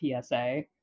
PSA